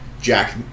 Jack